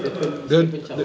stephen stephen chow